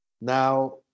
Now